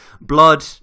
Blood